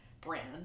brand